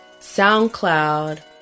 SoundCloud